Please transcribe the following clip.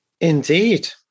Indeed